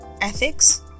ethics